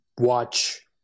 watch